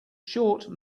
short